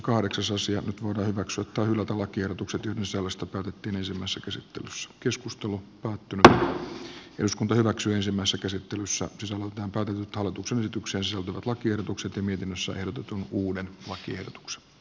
nyt voidaan hyväksyä tai hylätä lakiehdotukset yhdessä vastata kysymässä kyse jos joiden sisällöstä päätettiin ensimmäisessä käsittelyssä tyson on peltolan suorituksensa wager tuxette mietinnössä ehdotetun uuden lakiehdotuksen tp